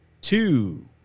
two